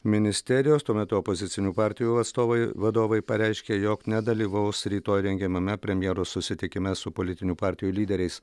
ministerijos tuo metu opozicinių partijų atstovai vadovai pareiškė jog nedalyvaus rytoj rengiamame premjero susitikime su politinių partijų lyderiais